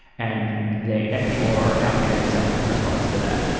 and they and people are are now panic selling in response to that.